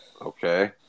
Okay